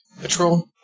Patrol